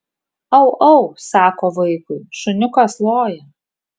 au au sako vaikui šuniukas loja